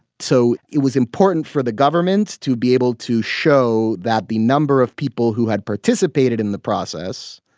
so it was important for the government to be able to show that the number of people who had participated in the process,